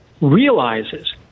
realizes